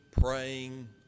praying